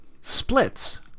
splits